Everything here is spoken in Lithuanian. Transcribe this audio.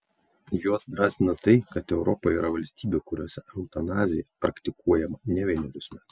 juos drąsina tai kad europoje yra valstybių kuriose eutanazija praktikuojama ne vienerius metus